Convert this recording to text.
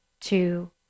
two